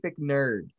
nerd